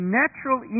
natural